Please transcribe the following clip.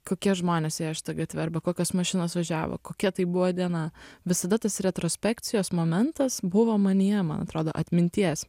kokie žmonės ėjo šita gatve arba kokios mašinos važiavo kokia tai buvo diena visada tas retrospekcijos momentas buvo manyje man atrodo atminties